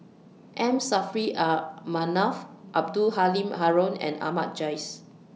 M Saffri A Manaf Abdul Halim Haron and Ahmad Jais